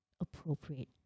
appropriate